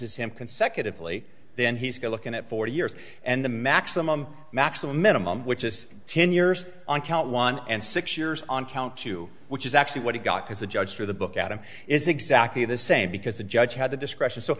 him consecutively then he's good looking at forty years and the maximum maximum minimum which is ten years on count one and six years on count two which is actually what he got because the judge threw the book at him is exactly the same because the judge had the discretion so